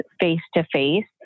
face-to-face